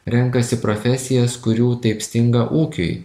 renkasi profesijas kurių taip stinga ūkiui